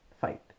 fight